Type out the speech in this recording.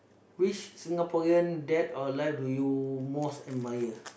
which Singaporean dead or alive do you most admire